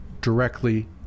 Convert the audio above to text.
directly